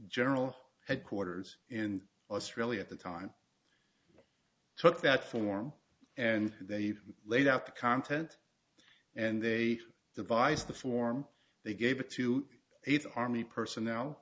general headquarters in australia at the time took that form and they laid out the content and they devised the form they gave it to eight army personnel